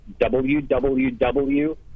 www